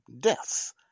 deaths